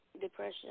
depression